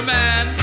man